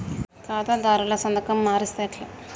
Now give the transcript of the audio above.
ఖాతాదారుల సంతకం మరిస్తే ఎట్లా?